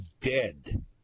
dead